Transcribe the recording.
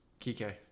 Kike